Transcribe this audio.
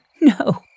no